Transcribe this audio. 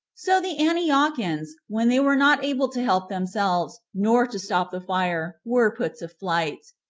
so the antiochians, when they were not able to help themselves, nor to stop the fire, were put to flight.